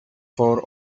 for